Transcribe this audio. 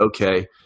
okay